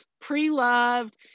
pre-loved